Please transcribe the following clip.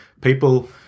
people